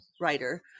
writer